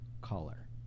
color